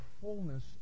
fullness